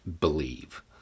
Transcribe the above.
believe